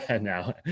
now